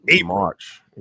March